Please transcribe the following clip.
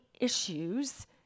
issues